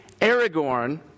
Aragorn